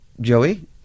Joey